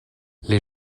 les